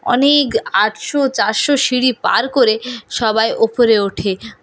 অনেক আটশো চারশো সিঁড়ি পার করে সবাই ওপরে ওঠে